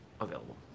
available